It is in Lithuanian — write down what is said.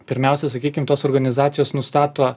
pirmiausia sakykim tos organizacijos nustato